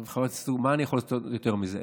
חברת הכנסת סטרוק, מה אני יכול לעשות יותר מזה?